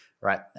right